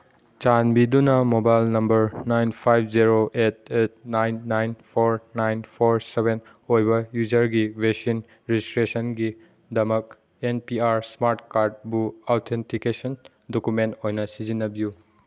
ꯆꯥꯟꯕꯤꯗꯨꯅ mobile number nine five zero eight eight nine nine four nine four seven ꯑꯣꯏꯕ ꯌꯨꯖꯔꯒꯤ vaccine ꯔꯦꯖꯤꯁꯇ꯭ꯔꯦꯁꯟꯒꯤꯗꯃꯛ N P R smart ꯀꯥꯔꯠꯕꯨ authentication document ꯑꯣꯏꯅ ꯁꯤꯖꯤꯟꯅꯕꯤꯌꯨ